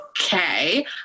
Okay